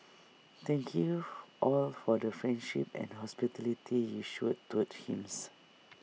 thank you all for the friendship and hospitality you showed towards him